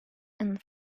and